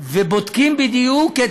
ובודקים בדיוק את